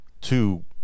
two